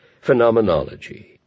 phenomenology